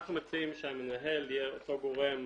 ואנחנו מציעים שהמנהל יהיה אותו גורם